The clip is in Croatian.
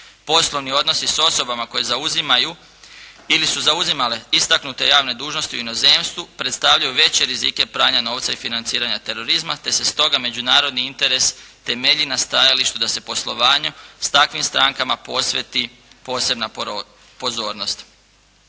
Poslovni odnosi sa osobama koje zauzimaju ili su zauzimale istaknule javne dužnosti u inozemstvu predstavljaju veće rizike pranja novca i financiranja terorizma te se stoga međunarodni interes temelji na stajalištu da se poslovanjem sa takvim strankama posveti posebna pozornost.